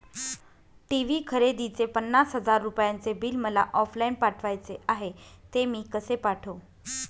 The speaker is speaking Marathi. टी.वी खरेदीचे पन्नास हजार रुपयांचे बिल मला ऑफलाईन पाठवायचे आहे, ते मी कसे पाठवू?